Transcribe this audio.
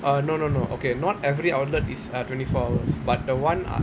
uh no no no okay not every outlet is uh twenty four hours but the [one] I